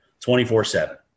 24-7